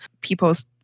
people's